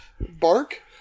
Bark